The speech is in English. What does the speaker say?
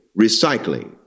recycling